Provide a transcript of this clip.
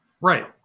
Right